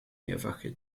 mehrfache